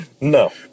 No